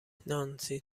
نانسی